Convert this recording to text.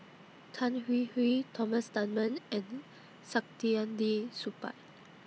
Tan Hwee Hwee Thomas Dunman and Saktiandi Supaat